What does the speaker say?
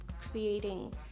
creating